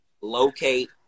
locate